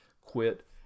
quit